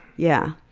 yeah.